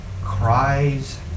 cries